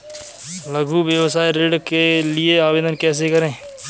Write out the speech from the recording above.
लघु व्यवसाय ऋण के लिए आवेदन कैसे करें?